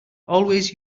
always